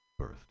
Birthed